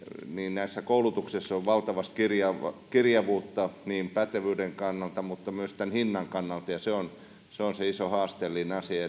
näissä koulutuksissa on valtavasti kirjavuutta niin pätevyyden kannalta kuin myös hinnan kannalta ja se on se on se iso haasteellinen asia